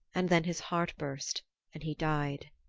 and then his heart burst and he died.